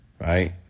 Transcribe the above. right